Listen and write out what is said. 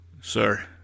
Sir